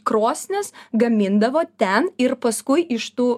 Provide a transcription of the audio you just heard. krosnis gamindavo ten ir paskui iš tų